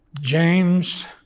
James